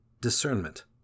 discernment